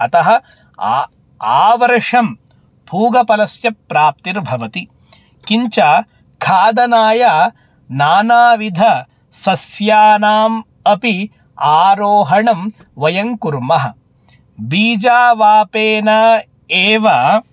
अतः आ आवर्षं पूगीफलस्य प्राप्तिर्भवति किञ्च खादनाय नानाविधसस्यानाम् अपि आरोपणं वयं कुर्मः बीजावापनेन एव